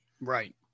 Right